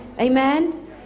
Amen